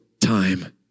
time